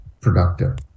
productive